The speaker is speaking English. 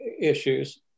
issues